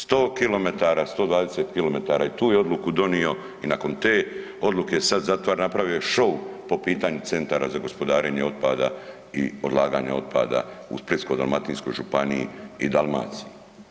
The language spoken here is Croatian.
100 km, 120 km i tu je odluku donio i nakon te odluke sad zatvara, napravio je šou po pitanju centara za gospodarenje otpada i odlaganja otpada u Splitsko-dalmatinskoj županiji i Dalmaciji.